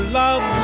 love